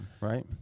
Right